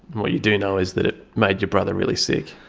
what you do know is that it made your brother really sick.